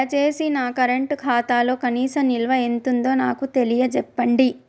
దయచేసి నా కరెంట్ ఖాతాలో కనీస నిల్వ ఎంతుందో నాకు తెలియచెప్పండి